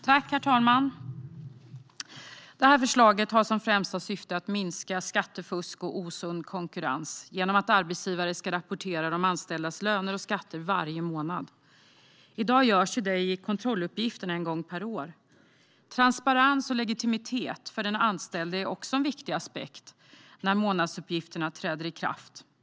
Herr talman! Detta förslag har som främsta syfte att minska skattefusk och osund konkurrens genom att arbetsgivare ska rapportera de anställdas löner och skatter varje månad. I dag görs det i kontrolluppgiften en gång per år. Transparens och legitimitet för den anställde är också en viktig aspekt när månadsuppgifterna träder i kraft.